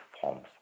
forms